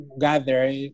gather